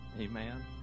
Amen